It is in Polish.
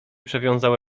przewiązał